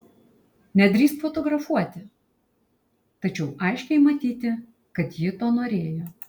nedrįsk fotografuoti tačiau aiškiai matyti kad ji to norėjo